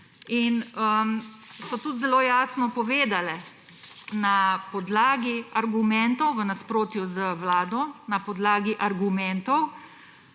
opravimo. Zelo jasno so povedale, na podlagi argumentov, v nasprotju z vlado, na podlagi argumentov,